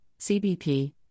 CBP